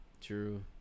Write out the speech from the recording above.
True